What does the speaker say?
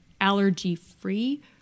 allergy-free